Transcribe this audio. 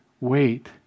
wait